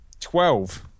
twelve